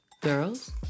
Girls